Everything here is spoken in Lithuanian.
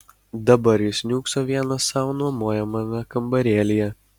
dabar jis niūkso vienas sau nuomojamame kambarėlyje